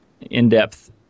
in-depth